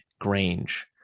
Grange